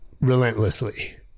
relentlessly